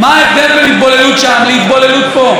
מה ההבדל בין התבוללות שם להתבוללות פה?